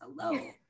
Hello